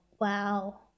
wow